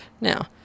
Now